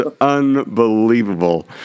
unbelievable